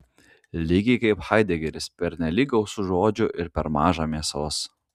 lygiai kaip haidegeris pernelyg gausu žodžių ir per maža mėsos